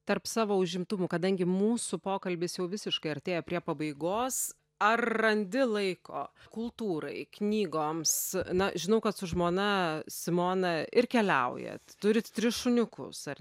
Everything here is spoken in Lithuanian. tarp savo užimtumų kadangi mūsų pokalbis jau visiškai artėja prie pabaigos ar randi laiko kultūrai knygoms na žinau kad su žmona simona ir keliaujat turit tris šuniukus ar